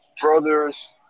brothers